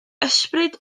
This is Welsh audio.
ysbryd